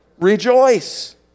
Rejoice